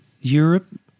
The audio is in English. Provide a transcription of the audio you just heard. Europe